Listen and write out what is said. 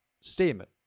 statement